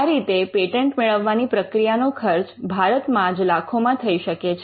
આ રીતે પેટન્ટ મેળવવાની પ્રક્રિયાનો ખર્ચ ભારતમાં જ લાખોમાં થઇ શકે છે